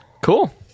Cool